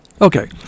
Okay